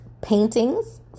paintings